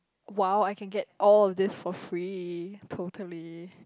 !wow! I can get all of this for free totally